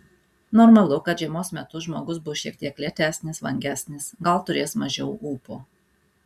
normalu kad žiemos metu žmogus bus šiek tiek lėtesnis vangesnis gal turės mažiau ūpo